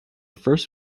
first